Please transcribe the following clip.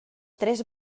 tres